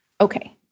Okay